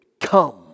come